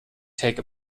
take